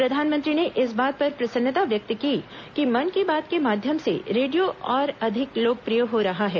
प्रधानमंत्री ने इस बात पर प्रसन्नता व्यक्त की कि मन की बात के माध्यम से रेडियो और अधिक लोकप्रिय हो रहा है